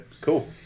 cool